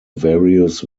various